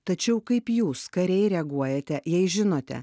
tačiau kaip jūs kariai reaguojate jei žinote